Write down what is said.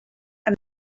and